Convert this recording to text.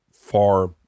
far